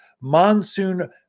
monsoon